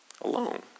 alone